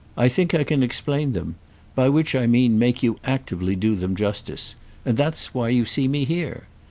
i think i can explain them by which i mean make you actively do them justice and that's why you see me here.